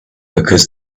because